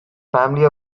family